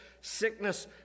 Sickness